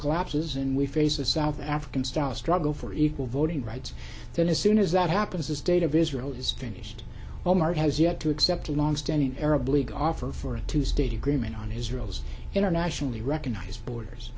collapses and we face a south african style struggle for equal voting rights then as soon as that happens the state of israel is finished omar has yet to accept a longstanding arab league offer for a two state agreement on israel's internationally recognized borders